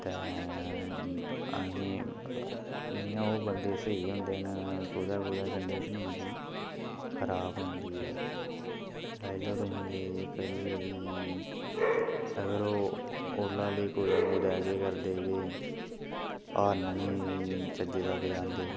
ते अहेंई इ'यां ओह् बंदे स्हेई होंदे न कुदै कुदै कंडीशन उं'दी खराब होई जंदी ऐ लाई लौ तुसीं भाई अगर ओह् ओला आह्ले केह् करदे के हार्न निं चज्जै दा बजांदे